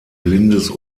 blindes